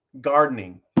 gardening